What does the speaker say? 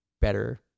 better